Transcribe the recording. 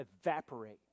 evaporate